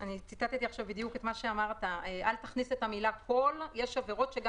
אני מניח שמה